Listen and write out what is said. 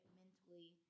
mentally